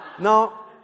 Now